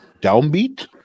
Downbeat